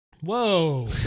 whoa